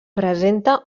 presenta